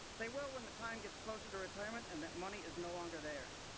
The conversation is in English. they will when the time gets closer to retirement and that money is no longer there.